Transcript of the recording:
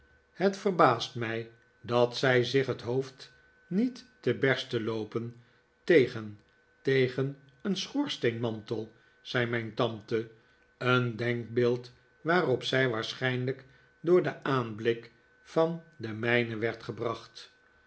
het verbaast mij dat zij zich het hoofd niet te berste loopen tegen tegen een schoorsteenmantel zei mijn tante een denkbeeld waarop zij waarschijnlijk door den aanblik van den mijnen werd gebracht